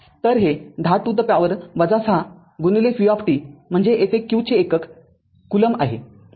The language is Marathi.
तरहे १० to the power ६ v म्हणजे येथे q चे एकक कुलोम्ब आहे